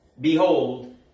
Behold